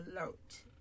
alert